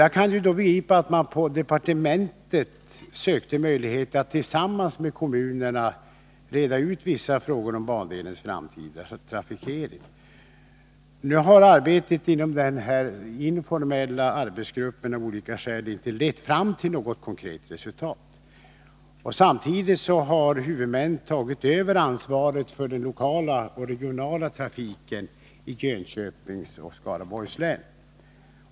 Jag kan förstå att man på departementet då sökte finna en möjlighet att tillsammans med kommunerna reda ut vissa frågor om bandelens framtida trafikering. Arbetet inom den informella gruppen har emellertid av olika skäl inte lett fram till något konkret resultat, och samtidigt har huvudmännen tagit över ansvaret för den lokala och regionala trafiken i Jönköpings och Skaraborgs län.